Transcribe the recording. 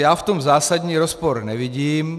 Já v tom zásadní rozpor nevidím.